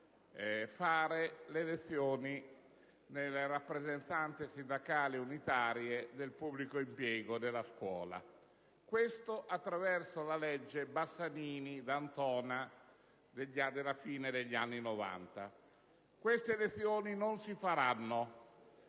le elezioni delle rappresentanze sindacali unitarie del pubblico impiego della scuola, secondo quanto previsto dalla legge Bassanini-D'Antona della fine degli anni '90. Queste elezioni non si faranno